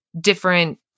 different